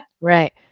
right